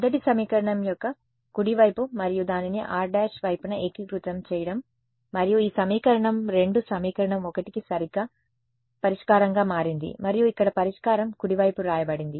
మొదటి సమీకరణం యొక్క కుడి వైపు మరియు దానిని r′ వైపున ఏకీకృతం చేయడం మరియు ఈ సమీకరణం 2 సమీకరణం 1 కి సరిగ్గా పరిష్కారంగా మారింది మరియు ఇక్కడ పరిష్కారం కుడివైపు వ్రాయబడింది